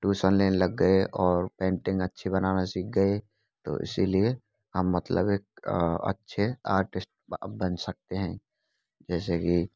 tuition लेने लग गए और पेंटिंग अच्छी बनाना सीख गए तो इसीलिए हम एक अच्छे आर्टिस्ट अब बन सकते हैं जैसे की